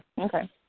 Okay